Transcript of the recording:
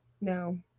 No